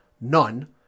none